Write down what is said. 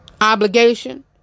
obligation